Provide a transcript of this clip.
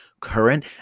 current